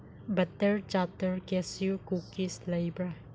butter ꯆꯥꯇꯔ cashew cookies ꯂꯩꯕ꯭ꯔꯥ